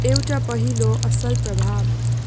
एउटा पहिलो असल प्रभाव